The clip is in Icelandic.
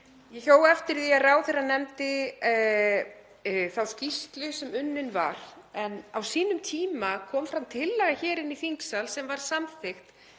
Ég hjó eftir því að ráðherra nefndi þá skýrslu sem unnin var en á sínum tíma kom fram tillaga hér í þingsal sem var samþykkt